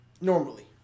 normally